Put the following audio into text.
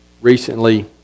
Recently